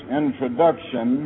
introduction